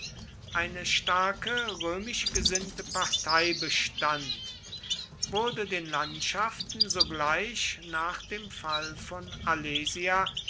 eine starke römisch gesinnte partei bestand wurde den landschaften sogleich nach dem fall von alesia